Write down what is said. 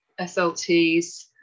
SLTs